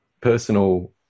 personal